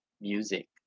music